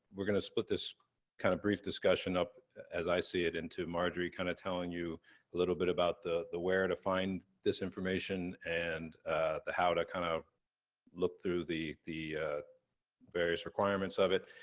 we're gonna split this kind of brief discussion up, as i see it, into marjorie kinda telling you a little bit about the the where to find this information and the how to kind of look through the the various requirements of it.